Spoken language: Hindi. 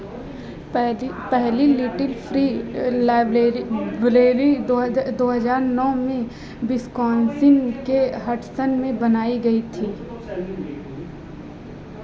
पहली पहली लिटिल फ्री लाइबलेरी ब्लेरी दो हजा दो हज़ार नौ में विस्कॉन्सिन के हडसन में बनायी गई थी